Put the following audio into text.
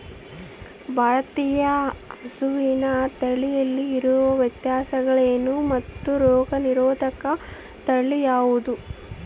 ಭಾರತೇಯ ಹಸುವಿನ ತಳಿಗಳಲ್ಲಿ ಇರುವ ವ್ಯತ್ಯಾಸಗಳೇನು ಮತ್ತು ರೋಗನಿರೋಧಕ ತಳಿ ಯಾವುದು?